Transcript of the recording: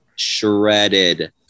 Shredded